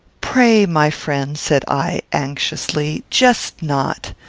pray, my friend, said i, anxiously, jest not.